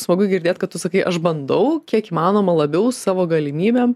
smagu girdėt kad tu sakei aš bandau kiek įmanoma labiau savo galimybėm